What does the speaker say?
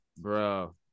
Bro